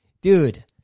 Dude